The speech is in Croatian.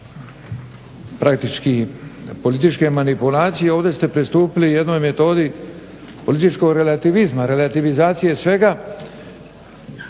praktički manipulacije. Ovdje ste pristupili jednoj metodi političkog relativizma, relativizacije svega